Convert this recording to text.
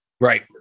Right